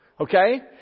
Okay